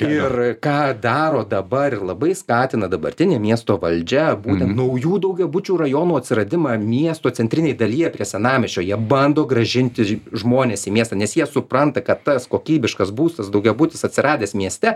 ir ką daro dabar ir labai skatina dabartinė miesto valdžia būtent naujų daugiabučių rajonų atsiradimą miesto centrinėje dalyje prie senamiesčio jie bando grąžinti žmones į miestą nes jie supranta kad tas kokybiškas būstas daugiabutis atsiradęs mieste